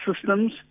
systems